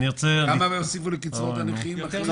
כמה הוסיפו לקצבאות הנכים אחרי כך